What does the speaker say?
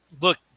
Look